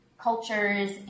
cultures